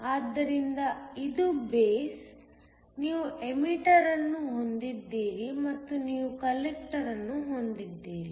ಆದ್ದರಿಂದ ಇದು ಬೇಸ್ ನೀವು ಎಮಿಟರ್ಅನ್ನು ಹೊಂದಿದ್ದೀರಿ ಮತ್ತು ನೀವು ಕಲೆಕ್ಟರ್ಅನ್ನು ಹೊಂದಿದ್ದೀರಿ